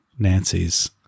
Nancys